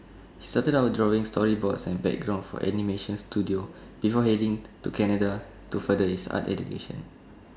started out drawing storyboards and backgrounds for animation Studio before heading to Canada to further his art education